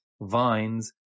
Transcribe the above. vines